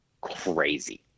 crazy